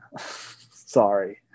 Sorry